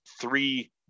three